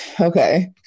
Okay